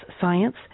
science